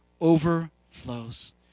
overflows